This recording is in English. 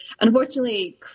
unfortunately